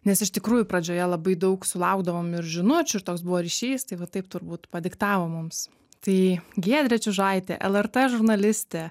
nes iš tikrųjų pradžioje labai daug sulaukdavom ir žinučių ir toks buvo ryšys tai va taip turbūt padiktavo mums tai giedrė čiužaitė lrt žurnalistė